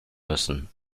müssen